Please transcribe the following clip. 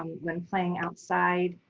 um when playing outside,